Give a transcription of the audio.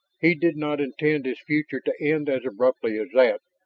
he did not intend his future to end as abruptly as that,